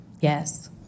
Yes